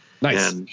Nice